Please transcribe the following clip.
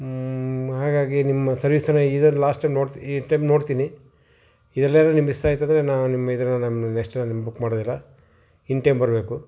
ಹಾಗಾಗಿ ನಿಮ್ಮ ಸರ್ವಿಸ್ನ ಇದೆ ಲಾಸ್ಟ್ ಟೈಮ್ ನೋಡ್ತಿ ಈ ಟೈಮ್ ನೋಡ್ತೀನಿ ಇದರಲ್ಲಿ ಏನಾದರೂ ನಿಮ್ಮ ಮಿಸ್ಸಾಯ್ತೆಂದ್ರೆ ನಾನು ನಿಮ್ಮ ಇದರಲ್ಲಿ ನಾನು ನೆಕ್ಸ್ಟ್ ಟೈಮ್ ಬುಕ್ ಮಾಡೋದಿಲ್ಲ ಇನ್ ಟೈಮ್ ಬರಬೇಕು